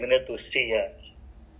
building kan